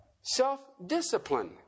Self-discipline